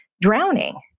drowning